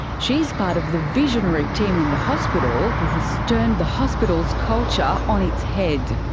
she is part of the visionary team in the hospital who has turned the hospital's culture on its head.